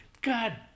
God